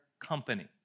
company